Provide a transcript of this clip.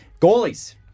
Goalies